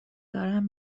دارم